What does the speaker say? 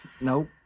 Nope